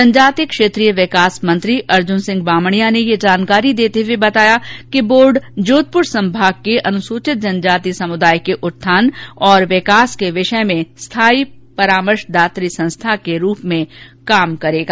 जनजाति क्षेत्रीय विकास मंत्री अर्जुनसिंह बामणिया ने यह जानकारी देते हुए बताया कि बोर्ड जोधपुर संभाग के अनुसूचित जनजाति समुदाय के उत्थान और विकास के विषय में स्थाई परामर्शदात्री संस्था के रूप में कार्य करेगा